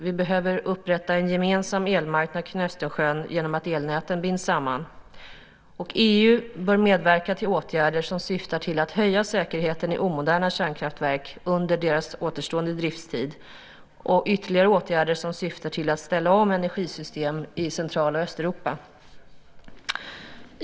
Vi behöver upprätta en gemensam elmarknad kring Östersjön genom att elnäten binds samman. EU bör medverka till åtgärder som syftar till att höja säkerheten i omoderna kärnkraftverk under deras återstående driftstid och till ytterligare åtgärder som syftar till att ställa om energisystemen i Central och Östeuropa.